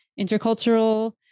intercultural